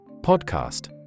Podcast